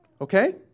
Okay